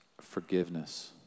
forgiveness